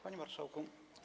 Panie Marszałku!